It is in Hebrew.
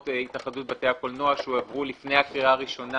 התאחדות בתי הקולנוע שהועברו לפני הקריאה הראשונה